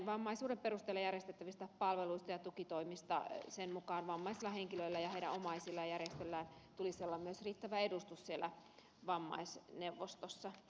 vammaisuuden perusteella järjestettävistä palveluista ja tukitoimista säädetyn lain mukaan vammaisilla henkilöillä ja heidän omaisillaan ja järjestöillä tulisi olla myös riittävä edustus siellä vammaisneuvostossa